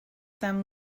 them